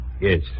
Yes